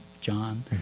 John